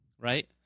right